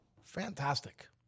Fantastic